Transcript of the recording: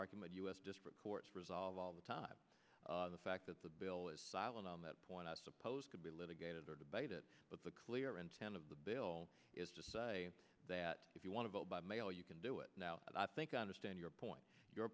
argument us district courts resolve all the time the fact that the bill is silent on that point i suppose could be litigated or debated but the clear intent of the bill is to say that if you want to vote by mail you can do it now but i think i understand your point your